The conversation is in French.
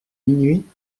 minuit